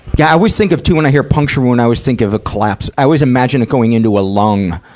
yeah, i also think of, too, when i hear puncture wound, i always think of a collapse. i always imagine it going into a lung.